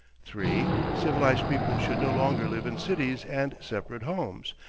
three. civilized people should no longer live in cities and separate homes,